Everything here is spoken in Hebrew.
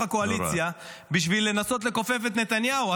הקואליציה בשביל לנסות לכופף את נתניהו.